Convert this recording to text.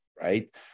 right